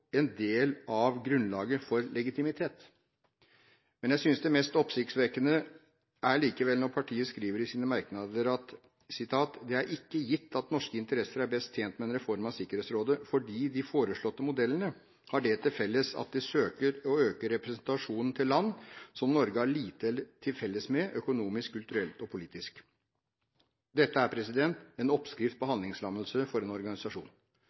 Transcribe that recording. en del av grunnlaget for legitimitet. Jeg synes det mest oppsiktsvekkende likevel er at partiet skriver i sine merknader at «det ikke er gitt at norske interesser er best tjent med en reform av Sikkerhetsrådet», fordi de «foreslåtte modeller har også til felles at de søker å øke representasjonen til land som Norge har lite til felles med, økonomisk, kulturelt og politisk». Dette er en oppskrift på handlingslammelse av en organisasjon.